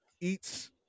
eats